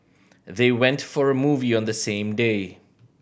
they went for a movie on the same day